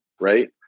right